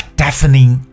deafening